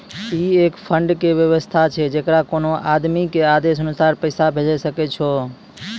ई एक फंड के वयवस्था छै जैकरा कोनो आदमी के आदेशानुसार पैसा भेजै सकै छौ छै?